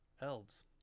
Elves